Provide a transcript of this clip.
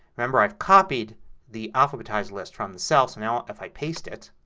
remember i've copied the alphabetized list from the cell. so now if i paste it